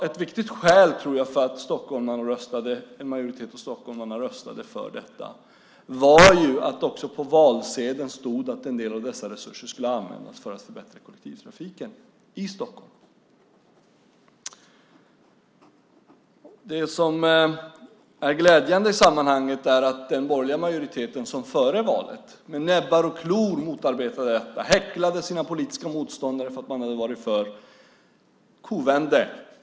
Ett viktigt skäl för att en majoritet av stockholmarna röstade för detta var att det på valsedeln stod att en del av dessa resurser skulle användas till att förbättra kollektivtrafiken i Stockholm. Det som är glädjande i sammanhanget är att den borgerliga majoriteten, som före valet med näbbar och klor motarbetade och häcklade sina politiska motståndare för att de var för trängselskatter, kovände.